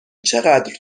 چقدر